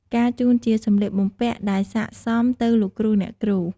ការជូនជាសម្លៀកបំពាក់ដែលសិក្កសមទៅលោកគ្រូអ្នកគ្រូ។